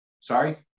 Sorry